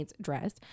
dress